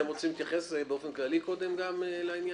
אתם רוצים להתייחס באופן כללי קודם לעניין?